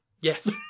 Yes